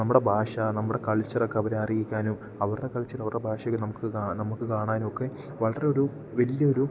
നമ്മുടെ ഭാഷ നമ്മുടെ കൾച്ചറൊക്കെ അവർ അറിയിക്കാനും അവരുടെ കൾച്ചർ അവരുടെ ഭാഷയൊക്കെ നമുക്ക് നമുക്ക് കാണാനുമൊക്കെ വളരെ ഒരു വലിയ ഒരു